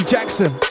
Jackson